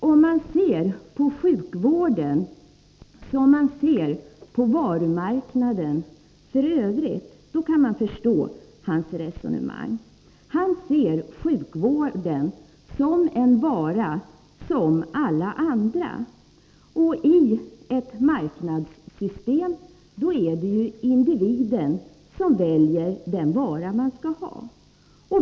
Om man ser på sjukvården som man ser på varumarknaden, då kan man förstå hans resonemang. Han ser sjukvården som en vara som alla andra. Och i ett marknadssystem är det ju individen som väljer den vara han skall ha.